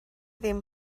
ddim